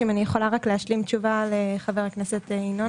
אם אני יכולה רק להשלים תשובה לחה"כ ינון?